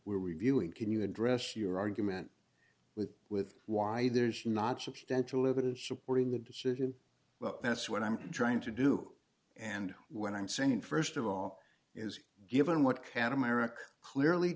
reviewing can you address your argument with with why there's not substantial evidence supporting the decision well that's what i'm trying to do and when i'm singing st of all is given what can america clearly